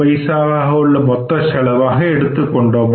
675 மொத்த செலவாக எடுத்துக் கொள்வோம்